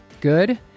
Good